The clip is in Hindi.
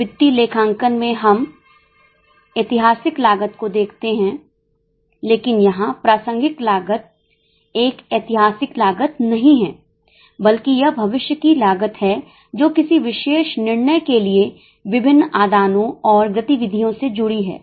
वित्तीय लेखांकन में हम ऐतिहासिक लागत को देखते हैं लेकिन यहां प्रासंगिक लागत एक ऐतिहासिक लागत नहीं है बल्कि यह भविष्य की लागत है जो किसी विशेष निर्णय के लिए विभिन्न आदानों और गतिविधियों से जुड़ी है